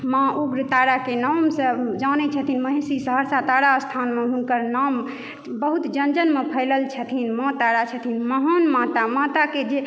माँ उग्रताराके नाम से जानै छथिन महिषी सहरसा तारा स्थानमे हुनकर नाम बहुत जन जनमे फैलल छथिन माँ तारा छथिन महान माता माताके जे